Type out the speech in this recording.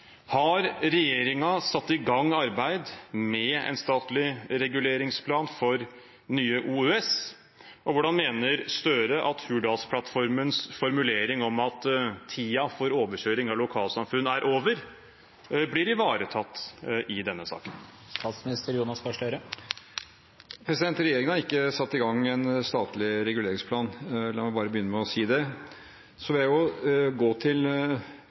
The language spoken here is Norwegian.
Har regjeringen satt i gang et arbeid med en statlig reguleringsplan for Nye OUS, og hvordan mener Støre at Hurdalsplattformens formulering om at tiden for overkjøring av lokalsamfunn er over, blir ivaretatt i denne saken? Regjeringen har ikke satt i gang en statlig reguleringsplan. La meg bare begynne med å si det. Så vil jeg gå til